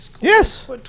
Yes